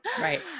Right